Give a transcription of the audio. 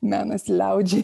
menas liaudžiai